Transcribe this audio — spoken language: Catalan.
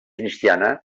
cristiana